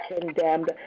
condemned